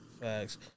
Facts